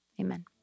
Amen